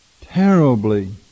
terribly